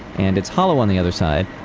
and it's hollow on the other side.